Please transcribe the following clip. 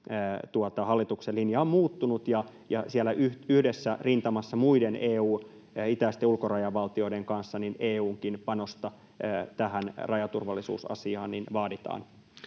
hallituksen linja on muuttunut ja siellä yhdessä rintamassa muiden EU:n itäisten ulkorajavaltioiden kanssa EU:nkin panosta tähän rajaturvallisuusasiaan vaaditaan.